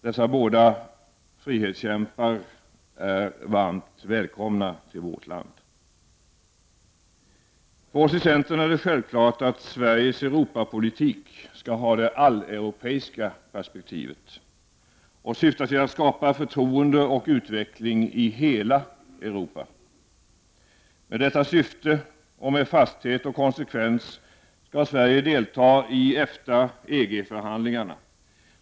Dessa båda frihetskämpar är varmt välkomna till vårt land! För oss i centern är det självklart att Sveriges Europapolitik ska ha det alleuropeiska perspektivet och syfta till att skapa förtroende och utveckling i hela Europa. Med detta syfte och med fasthet och konsekvens skall Sverige delta i EFTA —-EG förhandlingarna.